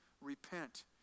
Repent